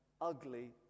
ugly